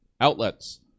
outlets